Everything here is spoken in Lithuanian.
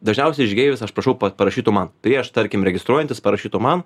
dažniausiai žygeivius aš prašau parašytų man prieš tarkim registruojantis parašytų man